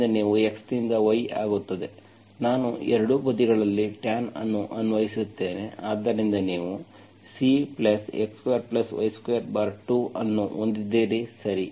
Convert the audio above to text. ಆದ್ದರಿಂದ ಅದು x ನಿಂದ y ಆಗುತ್ತದೆ ನಾನು ಎರಡೂ ಬದಿಗಳಲ್ಲಿ ಟ್ಯಾನ್ ಅನ್ನು ಅನ್ವಯಿಸುತ್ತೇನೆ ಆದ್ದರಿಂದ ನೀವು Cx2y22 ಅನ್ನು ಹೊಂದಿದ್ದೀರಿ